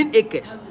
acres